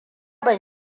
ban